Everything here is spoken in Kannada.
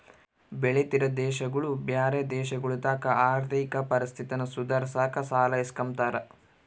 ಬೆಳಿತಿರೋ ದೇಶಗುಳು ಬ್ಯಾರೆ ದೇಶಗುಳತಾಕ ಆರ್ಥಿಕ ಪರಿಸ್ಥಿತಿನ ಸುಧಾರ್ಸಾಕ ಸಾಲ ಇಸ್ಕಂಬ್ತಾರ